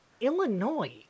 Illinois